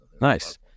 Nice